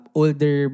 older